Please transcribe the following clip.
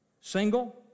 Single